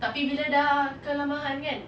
tapi bila dah kelamaan kan